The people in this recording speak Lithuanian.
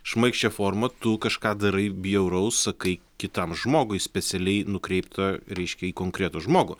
šmaikščią formą tu kažką darai bjauraus sakai kitam žmogui specialiai nukreiptą reiškia į konkretų žmogų